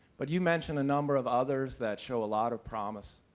but you mention a number of others that show a lot of promise,